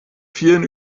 vielen